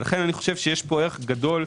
לכן יש פה ערך גדול,